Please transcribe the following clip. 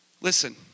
listen